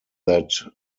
that